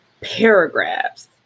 paragraphs